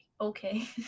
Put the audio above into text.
okay